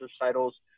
recitals